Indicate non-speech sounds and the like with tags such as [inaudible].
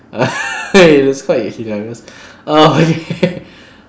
[laughs] it's quite hilarious oh [laughs]